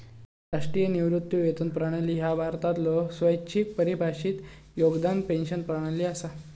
राष्ट्रीय निवृत्ती वेतन प्रणाली ह्या भारतातलो स्वैच्छिक परिभाषित योगदान पेन्शन प्रणाली असा